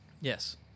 Yes